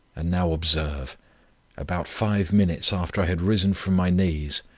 and now observe about five minutes, after i had risen from my knees,